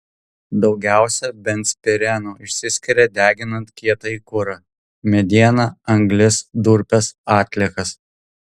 daugiausiai benzpireno išsiskiria deginant kietąjį kurą medieną anglis durpes atliekas